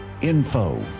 Info